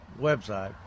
website